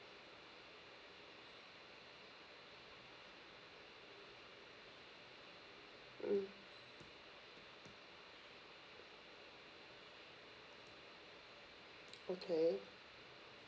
mm okay